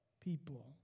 people